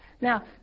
Now